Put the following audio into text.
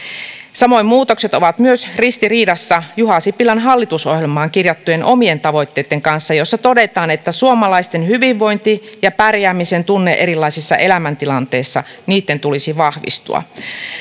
samoin muutokset ovat myös ristiriidassa juha sipilän hallitusohjelmaan kirjattujen tavoitteitten kanssa joissa todetaan että suomalaisten hyvinvoinnin ja pärjäämisen tunteen erilaisissa elämäntilanteissa tulisi vahvistua